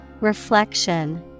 Reflection